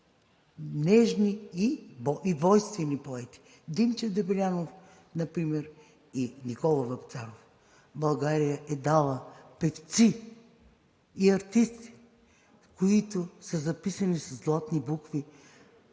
нежни и войнствени поети, например Димчо Дебелянов и Никола Вапцаров. България е дала певци и артисти, които са записани със златни букви